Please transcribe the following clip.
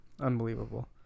Unbelievable